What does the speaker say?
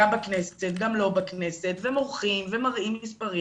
גם בכנסת וגם לא בכנסת, ומורחים ומראים מספרים.